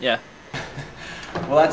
yeah well